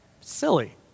Silly